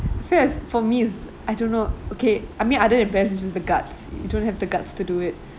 I feel like it's for me is I don't know okay I mean other than it's just the guts you don't have the guts to do it